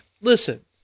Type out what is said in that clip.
listen